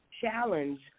challenge